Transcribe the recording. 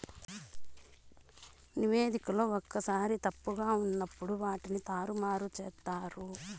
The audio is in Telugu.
నివేదికలో ఒక్కోసారి తప్పుగా ఉన్నప్పుడు వాటిని తారుమారు చేత్తారు